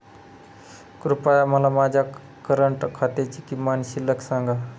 कृपया मला माझ्या करंट खात्याची किमान शिल्लक सांगा